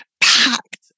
packed